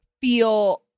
feel